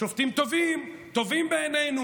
השופטים טובים בעינינו,